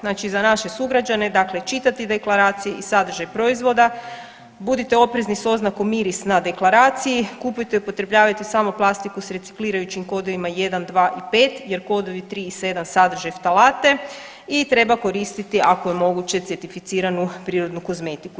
Znači za naše sugrađane, dakle čitati deklaracije i sadržaj proizvoda, budite oprezni s oznakom miris na deklaraciji, kupujte i upotrebljavajte samo plastiku s reciklirajućim kodovima 1, 2 i 5 jer kodovi 3 i 7 sadrže ftalate i treba koristiti, ako je moguće, certificiranu prirodnu kozmetiku.